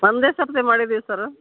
ಒಂದೇ ಸರ್ತಿ ಮಾಡಿದೀವಿ ಸರ